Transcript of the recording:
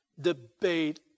debate